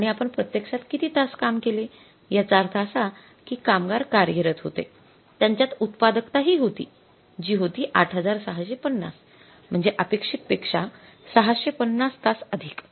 आणि आपण प्रत्यक्षात किती तास काम केले याचा अर्थ असा कि कामगार कार्यरत होते त्यांच्यात उत्पादकता हि होती जी होती ८६५० म्हणजे अपेक्षित पेक्षा ६५० तास अधिक